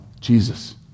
Jesus